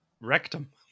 rectum